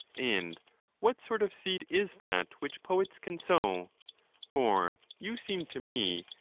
and what sort of seed is that which poets can sow for you seem to me,